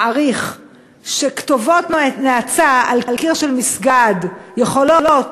מעריך שכתובות נאצה על קיר של מסגד יכולות